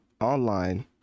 online